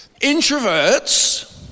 introverts